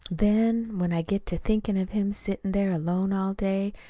then, when i get to thinking of him sitting there alone all day,